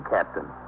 Captain